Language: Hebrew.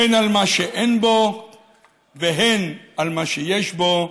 הן על מה שאין בו והן על מה שיש בו,